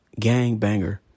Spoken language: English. gangbanger